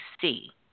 see